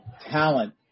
Talent